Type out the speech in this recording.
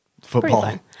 Football